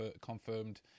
confirmed